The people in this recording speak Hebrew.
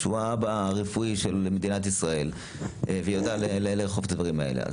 שהוא האבא הרפואי של מדינת ישראל ויודע לאכוף את הדברים האלה.